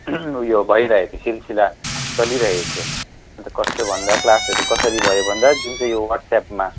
उयो भइरहेको थियो सिलसिला चलिरहेको थियो अन्त कस्तो भन्दा क्लासहरू कसरी भयो भन्दा जुन चाहिँ यो वाट्सएपमा